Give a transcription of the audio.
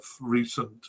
recent